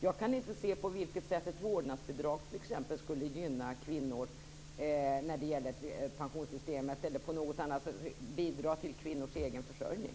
Jag kan inte se på vilket sätt t.ex. ett vårdnadsbidrag skulle gynna kvinnor när det gäller pensionssystemet eller på något annat sätt skulle bidra till kvinnors egen försörjning.